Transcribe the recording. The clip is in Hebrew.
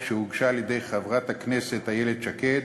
שהוגשה על-ידי חברת הכנסת איילת שקד,